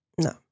No